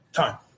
time